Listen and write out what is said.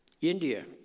India